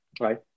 right